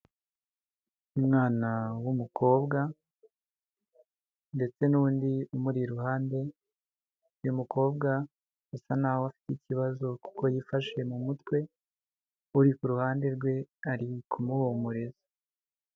Umwana w'umukobwa ndetse n'undi umuri iruhande, uyu umukobwa asa naho afite ikibazo kuko yifashe mu mutwe, uri ku ruhande rwe ari kumuhumuriza.